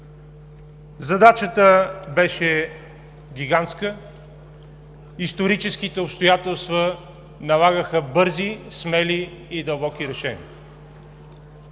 Задачата беше гигантска. Историческите обстоятелства налагаха бързи, смели и дълбоки решения.